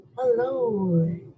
Hello